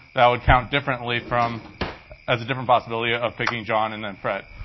that would count differently from as a different possibility of picking john and then fred,